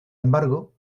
embargo